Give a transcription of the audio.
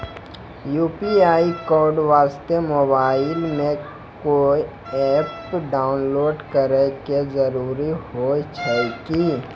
UPI code वास्ते mobile मे कोय एप्प डाउनलोड करे के जरूरी होय छै की?